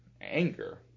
anger